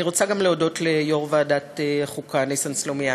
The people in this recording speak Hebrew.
אני רוצה גם להודות ליושב-ראש ועדת החוקה ניסן סלומינסקי.